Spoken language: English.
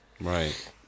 Right